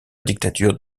dictature